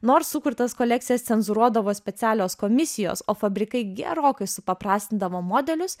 nors sukurtas kolekcijas cenzūruodavo specialios komisijos o fabrikai gerokai supaprastindavo modelius